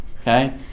okay